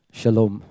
Shalom